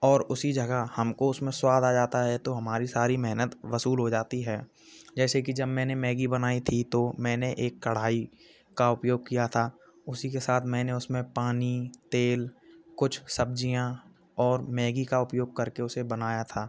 और उसी जगह हमको उसमें स्वाद आ जाता है तो हमारी सारी मेहनत वसूल हो जाती है जैसे कि जब मैंने मैगी बनाई थी तो मैंने एक कढ़ाई का उपयोग किया था उसी के साथ मैंने उसमें पानी तेल कुछ सब्ज़ियाँ और मैगी का उपयोग करके उसे बनाया था